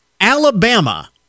Alabama